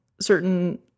certain